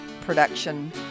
production